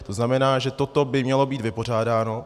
To znamená, že toto by mělo být vypořádáno.